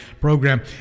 program